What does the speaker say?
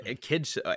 kids